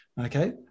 Okay